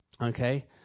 Okay